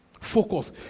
Focus